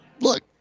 look